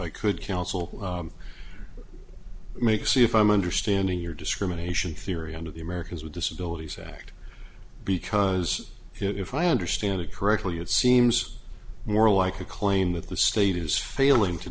i could counsel make see if i'm understanding your discrimination theory under the americans with disabilities act because if i understand it correctly it seems more like a claim that the state is failing to